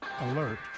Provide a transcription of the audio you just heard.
Alert